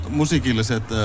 musiikilliset